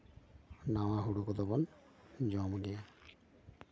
ᱱᱟᱣᱟ ᱦᱩᱲᱩ ᱠᱚᱫᱚ ᱵᱚᱱ ᱡᱚᱢ ᱜᱮᱭᱟ